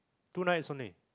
two nights only